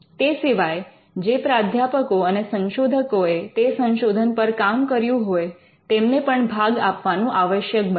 તે સિવાય જે પ્રાધ્યાપકો અને સંશોધકોએ તે સંશોધન પર કામ કર્યું હોય તેમને પણ ભાગ આપવાનું આવશ્યક બન્યું